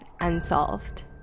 unsolved